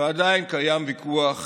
ועדיין קיים ויכוח